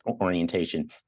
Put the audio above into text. orientation